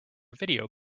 video